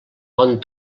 bon